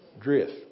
Drift